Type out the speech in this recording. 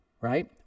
right